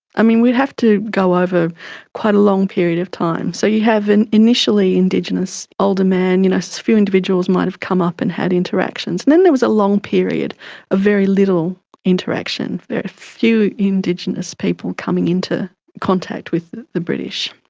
i mean, we have to go over quite a long period of time. so you have an initially indigenous older man, a you know so few individuals might have come up and had interactions, and then there was a long period of ah very little interaction, very few indigenous people coming into contact with the british.